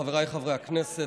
חבריי חברי הכנסת,